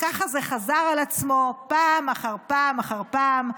וככה זה חזר על עצמו פעם אחר פעם אחר פעם.